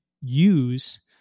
use